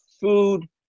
food